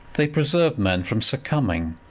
they preserve men from succumbing,